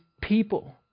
people